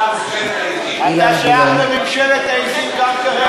אתה שייך לממשלת העזים גם כרגע.